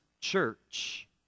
church